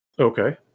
Okay